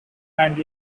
and